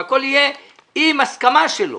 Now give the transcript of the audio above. והכול יהיה עם הסכמה שלו.